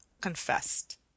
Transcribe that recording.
confessed